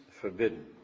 forbidden